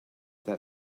that